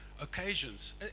occasions